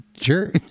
sure